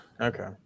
Okay